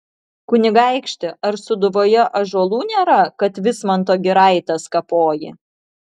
kunigaikšti ar sūduvoje ąžuolų nėra kad vismanto giraites kapoji